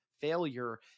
failure